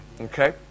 Okay